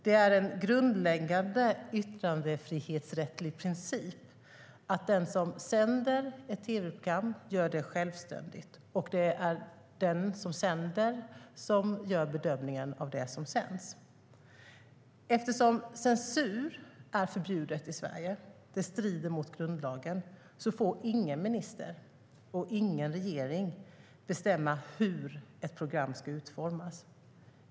Det är en grundläggande yttrandefrihetsrättslig princip att den som sänder ett tv-program gör det självständigt, och det är den som sänder som gör bedömningen av det som sänds. Eftersom censur är förbjudet i Sverige - det strider mot grundlagen - får ingen minister och ingen regering bestämma hur ett program ska utformas.